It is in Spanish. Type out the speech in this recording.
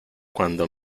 cuando